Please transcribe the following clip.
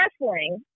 wrestling